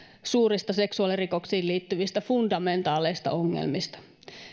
suurista seksuaalirikoksiin liittyvistä fundamentaalisista ongelmista